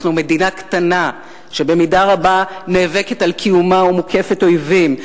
אנחנו מדינה קטנה שבמידה רבה נאבקת על קיומה ומוקפת אויבים.